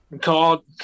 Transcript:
called